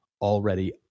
already